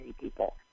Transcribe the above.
people